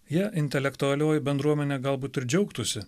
jie intelektualioji bendruomenė galbūt ir džiaugtųsi